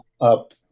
up